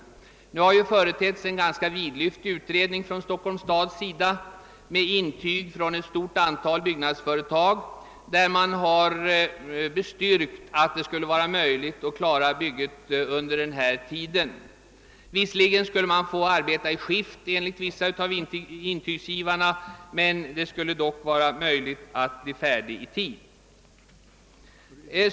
Stockholms stad har företagit en ganska vidlyftig utredning och ett stort antal byggnadsföretag har i intyg bestyrkt att det blir möjligt att klara bygget i tid, även om man enligt vissa av intygsgivarna får arbeta i skift.